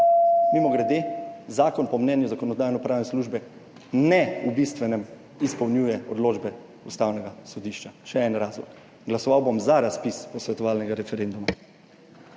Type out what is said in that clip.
Mimogrede, zakon po mnenju Zakonodajno-pravne službe ne, v bistvenem, izpolnjuje odločbe Ustavnega sodišča. Še en razlog. Glasoval bom za razpis posvetovalnega referenduma.